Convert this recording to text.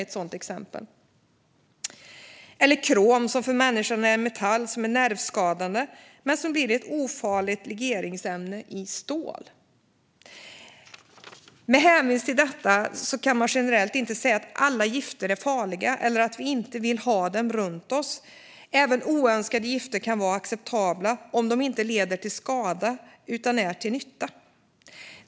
Ett annat exempel är krom, en metall som för människan är nervskadande men som blir ett ofarligt legeringsämne i stål. Med hänvisning till detta kan man inte generellt säga att alla gifter är farliga eller att vi inte vill ha dem runt oss. Även oönskade gifter kan vara acceptabla om de inte leder till skada utan är till nytta.